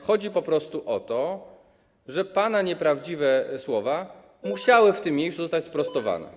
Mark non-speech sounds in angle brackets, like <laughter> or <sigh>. Chodzi po prostu o to, że pana nieprawdziwe słowa musiały w tym miejscu zostać <noise> sprostowane.